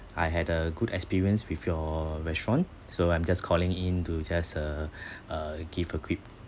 I had a good experience with your restaurant so I'm just calling in to just uh uh give a quick